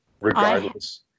regardless